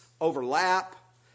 overlap